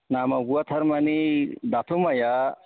नामागौआ थारमानि दाथ' माइया